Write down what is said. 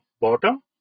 bottom